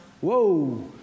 Whoa